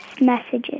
messages